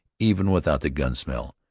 even without the gun smell,